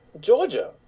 Georgia